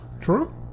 True